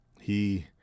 He